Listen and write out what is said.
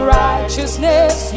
righteousness